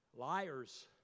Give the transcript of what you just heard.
Liars